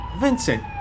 Vincent